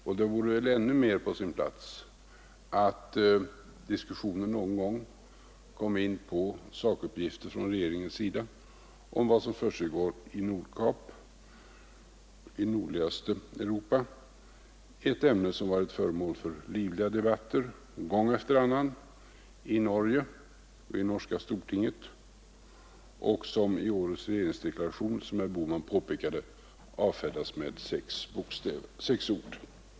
Och det vore väl ännu mer på sin plats att diskussionen någon gång kom in på sakuppgifter från regeringens sida om vad som försiggår i Nordkap i nordligaste Europa, ett ämne som varit föremål för livliga debatter gång efter annan i Norge och i norska stortinget men som i årets regeringsdeklaration — som herr Bohman påpekade — avfärdas med sex ord.